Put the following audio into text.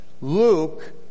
Luke